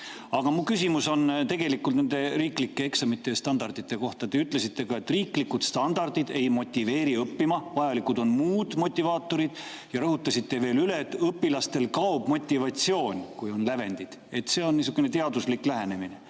mu küsimus on riiklike eksamite ja standardite kohta. Te ütlesite ka, et riiklikud standardid ei motiveeri õppima, et vajalikud on muud motivaatorid. Rõhutasite veel üle, et õpilastel kaob motivatsioon, kui on lävendid, et see on niisugune teaduslik lähenemine.